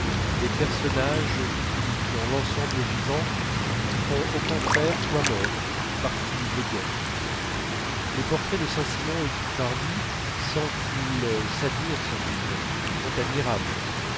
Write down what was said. des personnages qui dans l'ensemble vivant font au contraire poids mort partie médiocre les portraits de saint-simon écrits par lui sans qu'il s'admire sans doute sont admirables